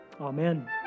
Amen